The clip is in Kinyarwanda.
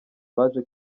baje